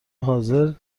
حاضر